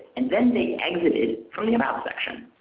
and then they exited from the about section.